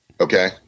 Okay